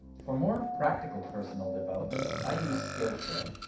for more practical personal development, i use skillshare.